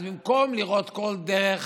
אז במקום לראות כל דרך